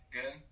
good